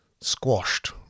squashed